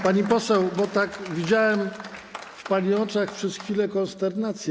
Pani poseł, widziałem w pani oczach przez chwilę konsternację.